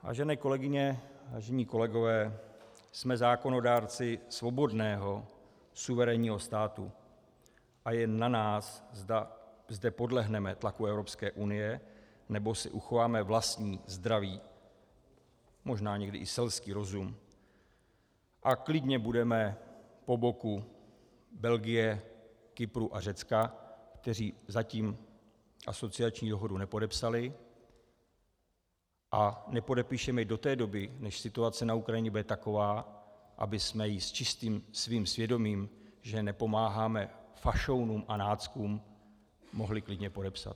Vážené kolegyně, vážení kolegové, jsme zákonodárci svobodného suverénního státu a je na nás, zda zde podlehneme tlaku Evropské unie, nebo si uchováme vlastní zdravý, možná někdy i selský rozum a klidně budeme po boku Belgie, Kypru a Řecka, kteří zatím asociační dohodu nepodepsali, a nepodepíšeme ji do té doby, než situace na Ukrajině bude taková, abychom ji s čistým svým svědomím, že nepomáháme fašounům a náckům, mohli klidně podepsat.